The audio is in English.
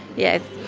yes.